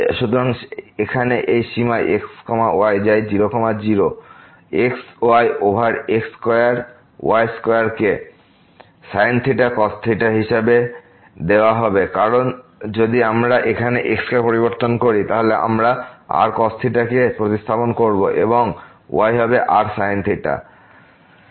সুতরাং এখানে এই সীমা x y যায় 0 0 xy over x square y স্কয়ারকে sin theta cos theta হিসেবে দেওয়া হবে কারণ যদি আমরা এখানে x কে পরিবর্তন করি তাহলে আমরা rcos theta কে প্রতিস্থাপন করবো এবংy হবে rsin theta